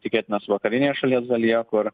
tikėtinas vakarinėje šalies dalyje kur